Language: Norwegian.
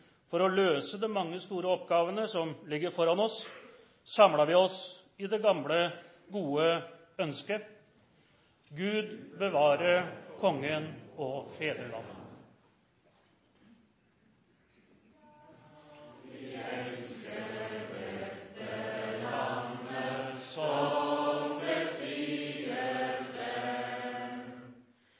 for å løse de mange store oppgavene som ligger foran oss, samler vi oss i det gamle, gode ønsket: Gud bevare Kongen og fedrelandet!